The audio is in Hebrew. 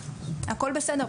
הכול בסדר,